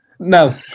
No